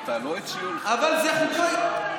לא, כי אין לנו חוקה, זו הבעיה.